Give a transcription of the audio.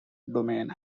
domain